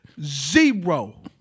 zero